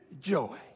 joy